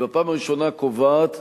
היא בפעם הראשונה קובעת